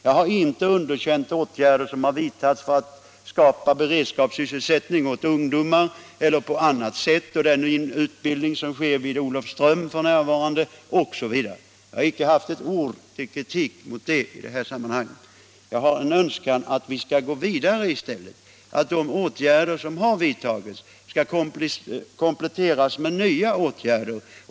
Jag har inte underkänt åtgärder som har vidtagits för att skapa beredskapssysselsättning åt ungdomar eller andra motsvarande åtgärder liksom inte heller den utbildning som f.n. bedrivs i Olofström, osv. Jag har icke riktat ett ord av kritik mot det i detta sammanhang. Jag har en önskan om att vi skall gå vidare i stället, så att de åtgärder som har vidtagits kan kompletteras med nya.